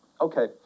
okay